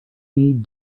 need